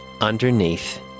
underneath